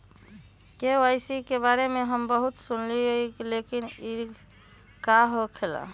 KYC के बारे में हम बहुत सुनीले लेकिन इ का होखेला?